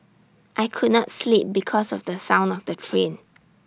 I could not sleep because of the sound of the train